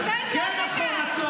סטודנט לא זכאי.